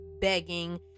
begging